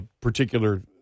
particular